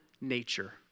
nature